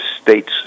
state's